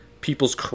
people's